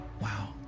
Wow